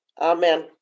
Amen